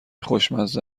خوشمزه